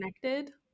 connected